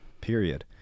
period